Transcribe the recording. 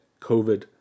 COVID